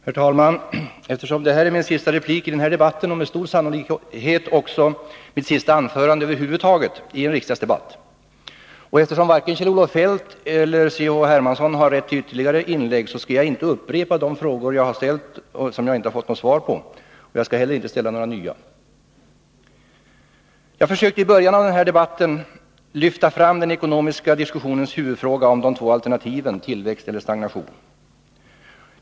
Herr talman! Eftersom detta är min sista replik i den här debatten och med stor sannolikhet också mitt sista anförande över huvud taget i en riksdagsdebatt och eftersom varken Kjell-Olof Feldt eller C.-H. Hermansson nu har rätt till ytterligare repliker, skall jag inte upprepa de frågor jag har ställt och som jag inte har fått något svar på, och jag skall heller inte ställa några nya. Jag försökte i början av den här debatten lyfta fram den ekonomiska diskussionens huvudfråga om de två alternativen: tillväxt eller stagnation.